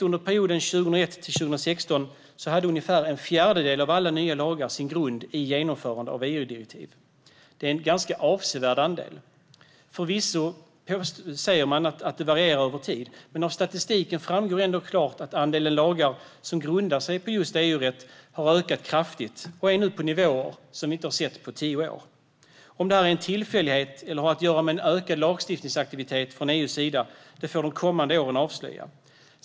Under perioden 2001-2016 hade ungefär en fjärdedel av alla nya lagar sin grund i genomförande av EU-direktiv. Det är en ganska avsevärd andel. Förvisso säger man att detta varierar över tid, men av statistiken framgår klart att andelen lagar som grundar sig på EU-rätt har ökat kraftigt och nu är på nivåer som vi inte har sett på tio år. Om det här är en tillfällighet eller har att göra med ökad lagstiftningsaktivitet från EU:s sida får de kommande åren avslöja.